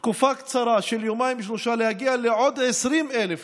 תקופה קצרה של יומיים-שלושה להגיע לעוד 20,000 לפחות,